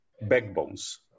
backbones